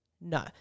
no